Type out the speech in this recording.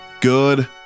Good